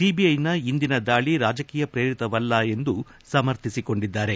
ಸಿಬಿಐನ ಇಂದಿನ ದಾಳಿ ರಾಜಕೀಯ ಶ್ರೇರಿತವಲ್ಲ ಎಂದು ಸಮರ್ಥಿಸಿಕೊಂಡಿದ್ದಾರೆ